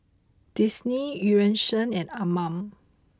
Disney Eu Yan Sang and Anmum